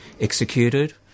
executed